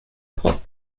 pop